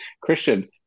Christian